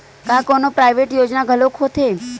का कोनो प्राइवेट योजना घलोक होथे?